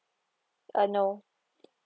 uh no